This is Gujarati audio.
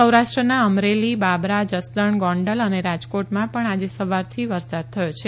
સૌરાષ્ટ્રના અમરેલી બાબરા જસદણ ગોંડલ અને રાજકોટમાં પણ આજે સવારથી વરસાદ થયો છે